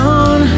on